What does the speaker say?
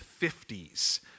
50s